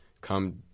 come